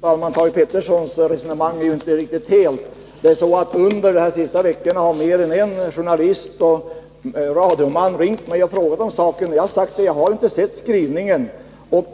Fru talman! Thage Petersons resonemang är ju inte riktigt heltäckande. Under de senaste veckorna har mer än en journalist och radioman ringt mig och frågat om denna sak. Jag har sagt att jag inte sett skrivningen.